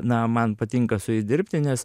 na man patinka su jais dirbti nes